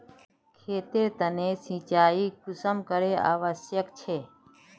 खेतेर तने सिंचाई कुंसम करे आवश्यक छै?